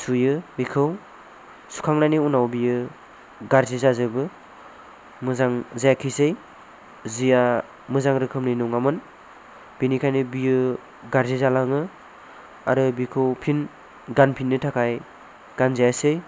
सुयो बेखौ सुखांनायनि उनाव बेयो गाज्रि जाजोबो मोजां जायाखिसै सिया मोजां रोखोमनि नङामोन बेनिखायनो बेयो गाज्रि जालाङो आरो बेखौ फिन गानफिननो थाखाय गानजायासै